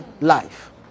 life